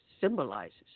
symbolizes